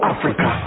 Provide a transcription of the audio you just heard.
Africa